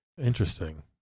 Interesting